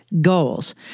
goals